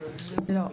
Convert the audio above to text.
לא.